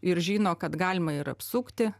ir žino kad galima ir apsukti